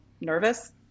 nervous